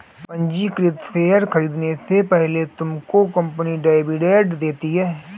पंजीकृत शेयर खरीदने से पहले तुमको कंपनी डिविडेंड देती है